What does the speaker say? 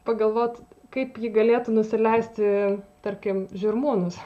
pagalvot kaip ji galėtų nusileisti tarkim žirmūnus